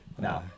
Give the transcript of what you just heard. No